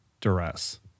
duress